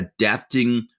adapting